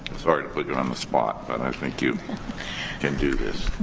sorry to put you on the spot, but i think you can do this.